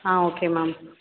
ah okay ma'am